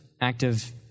active